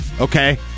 Okay